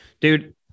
dude